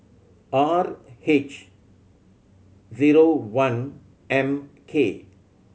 R H zero one M K